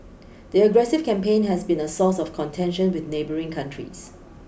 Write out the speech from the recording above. the aggressive campaign has been a source of contention with neighbouring countries